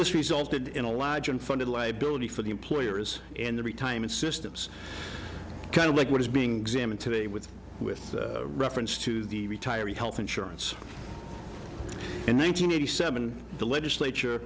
this resulted in a large unfunded liability for the employers and the retirement systems kind of like what is being examined today with with reference to the retiree health insurance and one nine hundred eighty seven the legislature